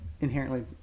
inherently